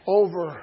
over